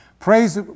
Praise